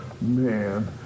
Man